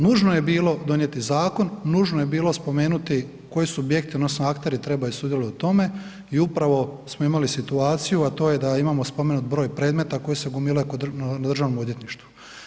Nužno je bilo donijeti zakon, nužno je bilo spomenuti koji subjekti odnosno akteri trebaju sudjelovati u tome i upravo smo imali situaciju, a to je da imamo spomenut broj predmeta koje se gomilaju na državnom odvjetništvu.